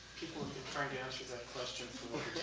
people have been trying to answer that question for